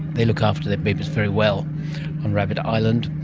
they look after their babies very well on rabida island.